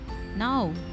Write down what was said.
Now